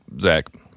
Zach